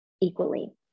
equally